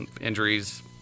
injuries